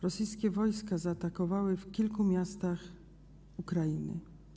Rosyjskie wojska zaatakowały w kilku miastach Ukrainy.